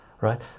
right